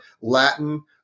Latin